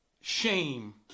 shame